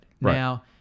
Now